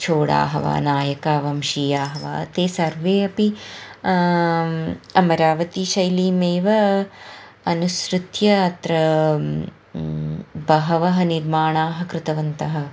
चोडाः वा नायकां शीयाः वा ते सर्वे अपि अमरावतीशैलीमेव अनुसृत्य अत्र बहवः निर्माणाः कृतवन्तः